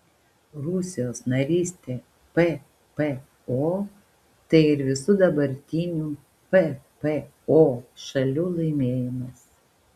rusijos narystė ppo tai ir visų dabartinių ppo šalių laimėjimas